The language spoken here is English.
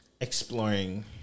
exploring